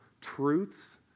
truths